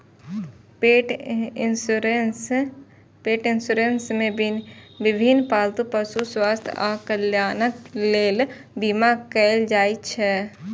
पेट इंश्योरेंस मे विभिन्न पालतू पशुक स्वास्थ्य आ कल्याणक लेल बीमा कैल जाइ छै